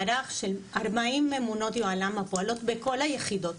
מערך של 40 ממונות יוהל”ם הפועלות בכל היחידות,